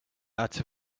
out